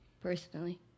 Personally